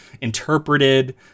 interpreted